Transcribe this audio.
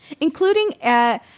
Including